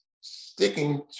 sticking